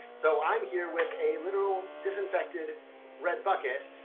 so i'm here with a literal disinfected red bucket.